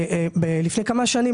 לפני כמה שנים,